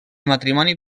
matrimoni